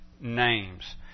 names